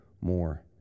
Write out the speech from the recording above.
more